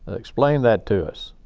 explain that to us.